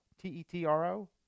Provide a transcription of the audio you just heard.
T-E-T-R-O